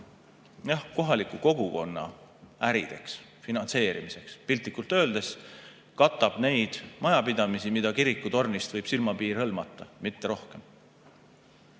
või kohaliku kogukonna ärideks, finantseerimiseks. Piltlikult öeldes katab neid majapidamisi, mida kirikutornist võib silmapiir hõlmata, mitte rohkem.